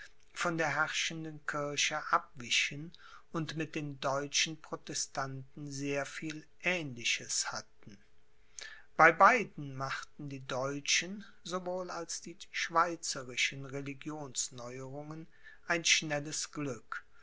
von der herrschenden kirche abwichen und mit den deutschen protestanten sehr viel aehnliches hatten bei beiden machten die deutschen sowohl als die schweizerischen religionsneuerungen ein schnelles glück